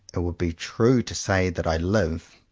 it would be true to say that i live,